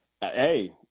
hey